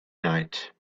night